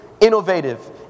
innovative